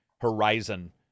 horizon